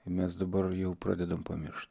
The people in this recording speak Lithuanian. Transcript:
mes dabar jau pradedame pamiršt